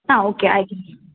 ആ ഓക്കെ അയക്കാം